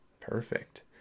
Perfect